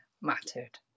mattered